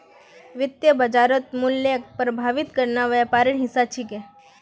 वित्तीय बाजारत मूल्यक प्रभावित करना व्यापारेर हिस्सा छिके